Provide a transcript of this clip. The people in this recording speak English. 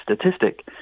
statistic